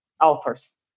authors